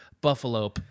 buffalo